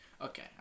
okay